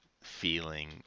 feeling